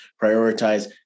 prioritize